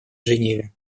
женеве